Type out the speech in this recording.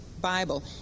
Bible